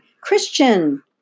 Christian